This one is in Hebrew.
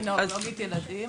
במקצוע אני נוירולוגית ילדים,